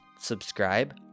subscribe